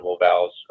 valves